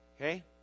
Okay